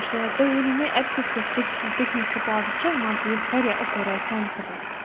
اچھا تُہُۍ وٕنِو مےٚ اتہِ کُس کُس پِک پِکنِک سٕپاٹ چُھ مان ژٕ یُس واریاہ اَصٕل روزِ سانہِ خٲطرٕ